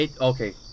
okay